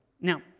Now